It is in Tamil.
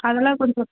அதெல்லாம் கொஞ்சம்